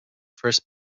first